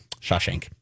Shawshank